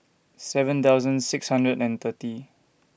seven thousand six hundred and thirty